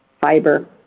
fiber